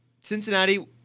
Cincinnati